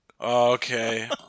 okay